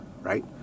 right